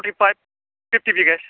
forty five fifty begins